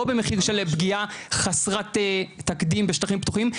לא במחיר של פגיעה חסרת תקדים בשטחים פתוחים,